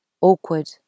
awkward